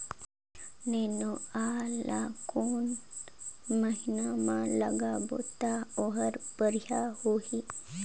नेनुआ ला कोन महीना मा लगाबो ता ओहार बेडिया होही?